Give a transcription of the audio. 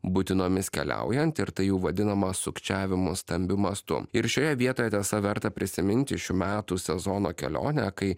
būtinomis keliaujant ir tai jau vadinama sukčiavimu stambiu mastu ir šioje vietoje tiesa verta prisiminti šių metų sezono kelionę kai